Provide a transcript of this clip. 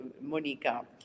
Monica